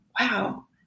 Wow